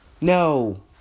No